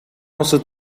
улсад